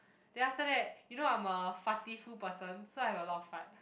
then after that you know I'm a fartiful person so I have a lot of fart